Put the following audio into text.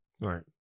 Right